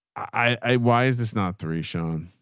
i, why is this not three shown?